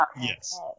Yes